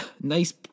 nice